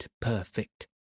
perfect